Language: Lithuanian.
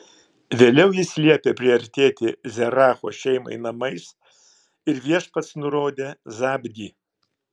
vėliau jis liepė priartėti zeracho šeimai namais ir viešpats nurodė zabdį